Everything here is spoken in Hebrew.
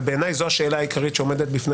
ובעיניי זאת השאלה העיקרית שעומדת בפני